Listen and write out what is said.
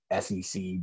SEC